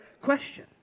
question